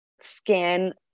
scan